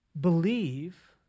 believe